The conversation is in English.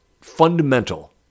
fundamental